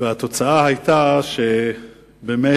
והתוצאה היתה שבאמת,